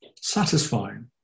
satisfying